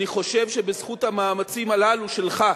אני חושב שבזכות המאמצים הללו שלך,